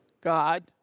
God